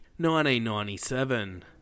1997